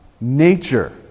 nature